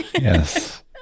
Yes